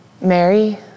Mary